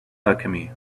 alchemy